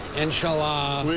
inshallah,